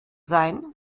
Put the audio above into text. sein